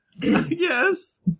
Yes